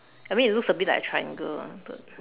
I mean it looks a bit like a triangle ah but